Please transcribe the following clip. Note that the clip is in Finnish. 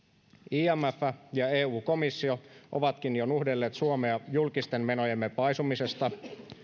imf ja eu komissio ovatkin jo nuhdelleet suomea julkisten menojemme paisumisesta